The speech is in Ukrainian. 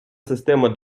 система